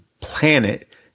planet